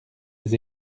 des